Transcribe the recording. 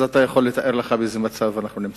אז אתה יכול לתאר לך באיזה מצב אנחנו נמצאים.